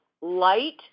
light